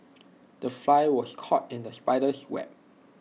the fly was caught in the spider's web